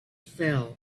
fell